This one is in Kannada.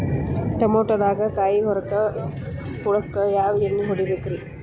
ಟಮಾಟೊದಾಗ ಕಾಯಿಕೊರಕ ಹುಳಕ್ಕ ಯಾವ ಎಣ್ಣಿ ಹೊಡಿಬೇಕ್ರೇ?